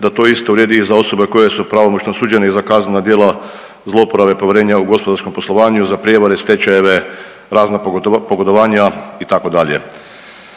da to isto vrijedi i za osobe koje su pravomoćno osuđene i za kaznena djela zlouporabe povjerenja u gospodarskom poslovanju, za prijevare, stečajeve, razna pogodovanja itd.